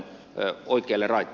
arvoisa puhemies